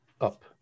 up